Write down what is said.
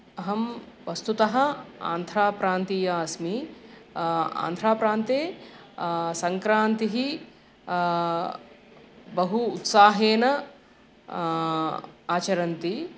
अहं वस्तुतः आन्ध्राप्रान्तीया अस्मि आन्ध्राप्रान्ते सङ्क्रान्तिः बहु उत्साहेन आचरन्ति